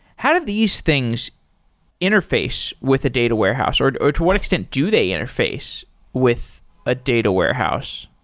how did these things interface with a data warehouse, or or to what extent do they interface with a data warehouse?